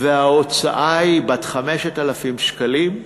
וההוצאה היא בת 5,000 שקלים,